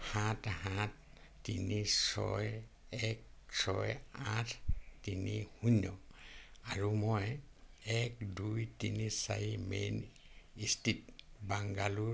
সাত সাত তিনি ছয় এক ছয় আঠ তিনি শূন্য আৰু মই এক দুই তিনি চাৰি মেইন ষ্ট্ৰীট বাংগালোৰ